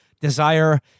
desire